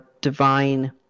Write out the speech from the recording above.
divine